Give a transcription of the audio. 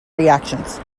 reactions